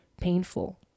painful